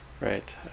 right